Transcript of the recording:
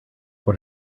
what